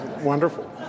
Wonderful